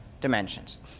dimensions